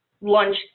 lunch